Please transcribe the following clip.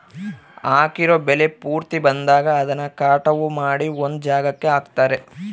ಹಾಕಿರೋ ಬೆಳೆ ಪೂರ್ತಿ ಬಂದಾಗ ಅದನ್ನ ಕಟಾವು ಮಾಡಿ ಒಂದ್ ಜಾಗಕ್ಕೆ ಹಾಕ್ತಾರೆ